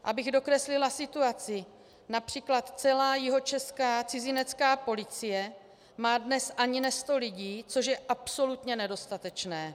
Abych dokreslila situaci, např. celá jihočeská cizinecká policie má dnes ani ne sto lidí, což je absolutně nedostatečné.